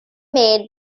made